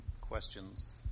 questions